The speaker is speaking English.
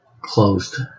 closed